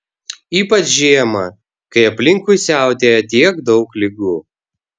ypač žiemą kai aplinkui siautėja tiek daug ligų